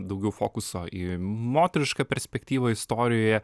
daugiau fokuso į moterišką perspektyvą istorijoje